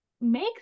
make